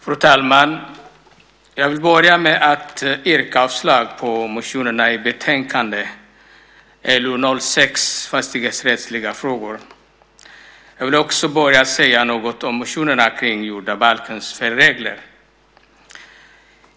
Fru talman! Jag vill börja med att yrka avslag på de motioner som behandlas i betänkande LU6, Fastighetsrättsliga frågor . Jag vill börja med att säga något om motionerna kring jordabalkens felregler.